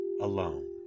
alone